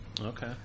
Okay